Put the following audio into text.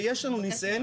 ויש לנו ניסיון איתן,